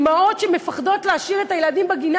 אימהות מפחדות להשאיר את הילדים בגינה